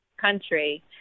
country